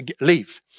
leave